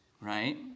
right